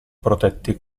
protetti